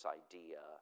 idea